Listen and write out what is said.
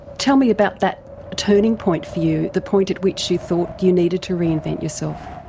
tell me about that turning point for you, the point at which you thought you needed to reinvent yourself?